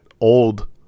old